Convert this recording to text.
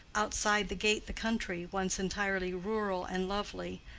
outside the gate the country, once entirely rural and lovely,